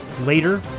Later